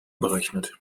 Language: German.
berechnet